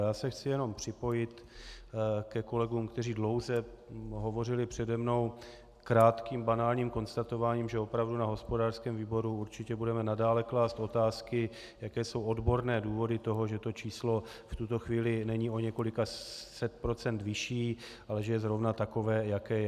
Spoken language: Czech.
Já se chci jen připojit ke kolegům, kteří dlouze hovořili přede mnou, krátkým banálním konstatováním, že opravdu na hospodářském výboru určitě budeme nadále klást otázky, jaké jsou odborné důvody toho, že to číslo v tuto chvíli není o několika set procent vyšší, ale že je zrovna takové, jaké je.